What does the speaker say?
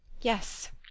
Yes